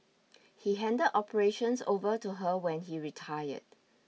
he handed operations over to her when he retired